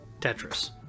Tetris